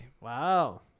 Wow